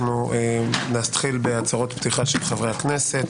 נתחיל בהצהרות הפתיחה של חברי הכנסת